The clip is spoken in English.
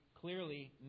clearly